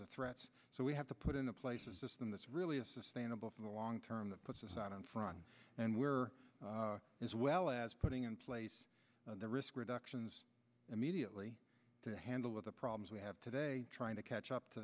of threats so we have to put into place a system that's really a sustainable in the long term that puts us on front and we are as well as putting in place the risk reduction immediately to handle of the problems we have today trying to catch up to